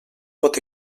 pot